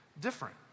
different